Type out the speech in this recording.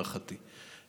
להערכתי.